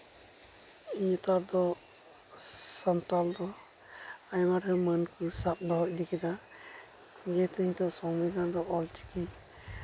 ᱱᱮᱛᱟᱨ ᱫᱚ ᱥᱟᱱᱛᱟᱞ ᱫᱚ ᱟᱭᱢᱟᱜᱟᱱ ᱢᱟᱹᱱ ᱠᱚ ᱥᱟᱵ ᱫᱚᱦᱚ ᱤᱫᱤ ᱠᱮᱫᱟ ᱱᱤᱭᱟᱹ ᱛᱮᱜᱮ ᱛᱚ ᱥᱚᱝᱵᱤᱫᱷᱟᱱ ᱫᱚ ᱚᱞᱪᱤᱠᱤ